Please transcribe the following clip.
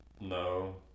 no